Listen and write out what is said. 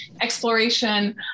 exploration